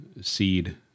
seed